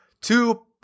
Two